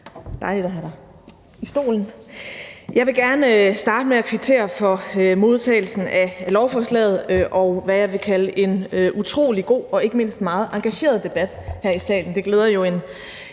Jeg vil gerne starte med at kvittere for modtagelsen af lovforslaget, og hvad jeg vil kalde en utrolig god og ikke mindst meget engageret debat her i salen.